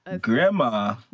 Grandma